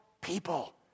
people